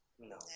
No